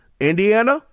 Indiana